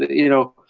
you know,